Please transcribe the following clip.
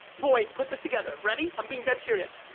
boyd put this together. ready, i'm being dead serious.